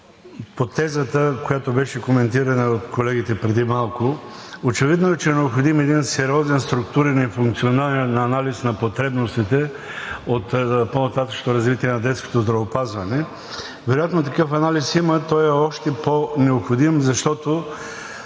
по тезата, която беше коментирана от колегите преди малко. Очевидно е, че е необходим сериозен, структурен и функционален анализ на потребностите от по-нататъшно развитие на детското здравеопазване. Вероятно такъв анализ има и той е още по-необходим, защото